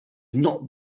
not